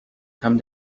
come